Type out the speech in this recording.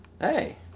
Hey